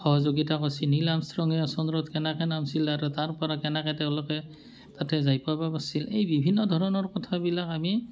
সহযোগিতা কৰিছিল নীল আৰ্মষ্ট্ৰঙে চন্দ্ৰত কেনেকৈ নামিছিল আৰু তাৰপৰা কেনেকৈ তেওঁলোকে তাতে জাইপাবা পাৰিছিল এই বিভিন্ন ধৰণৰ কথাবিলাক আমি